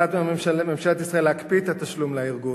החלטת ממשלת ישראל להקפיא את התשלום לארגון,